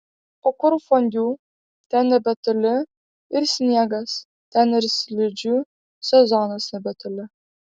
o kur fondiu ten nebetoli ir sniegas ten ir slidžių sezonas nebetoli